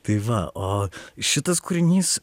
tai va o šitas kūrinys